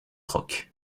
rock